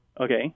okay